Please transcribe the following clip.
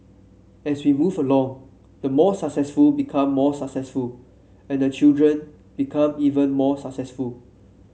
as we move along the more successful become even more successful and the children become even more successful